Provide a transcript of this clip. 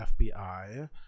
FBI